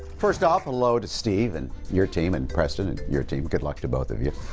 first off hello to steve and your team and preston and your team. good luck to both of you.